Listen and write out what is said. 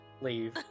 leave